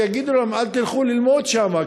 שיגידו להם: אל תלכו ללמוד שם,